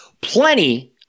Plenty